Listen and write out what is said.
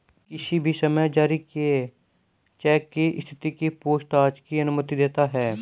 किसी भी समय जारी किए चेक की स्थिति की पूछताछ की अनुमति देता है